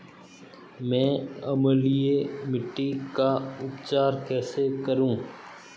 मैं अम्लीय मिट्टी का उपचार कैसे करूं?